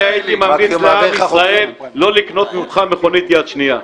אני הייתי ממליץ לעם ישראל לא לקנות ממך מכונית יד שנייה.